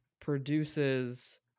produces